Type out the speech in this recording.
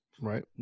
Right